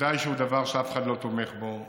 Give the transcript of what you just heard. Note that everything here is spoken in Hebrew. ודאי שהוא דבר שאף אחד לא תומך בו,